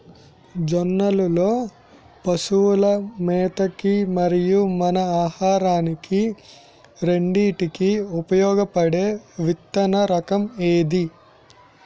జొన్నలు లో పశువుల మేత కి మరియు మన ఆహారానికి రెండింటికి ఉపయోగపడే విత్తన రకం ఏది?